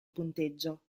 punteggio